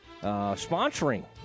sponsoring